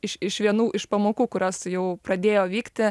iš iš vienų iš pamokų kurios jau pradėjo vykti